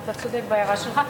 אתה צודק בהערה שלך,